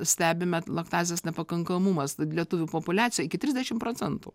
stebime laktazės nepakankamumas tad lietuvių populiacijoj iki trisdešimt procentų